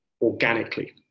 organically